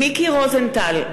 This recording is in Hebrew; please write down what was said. מיקי רוזנטל,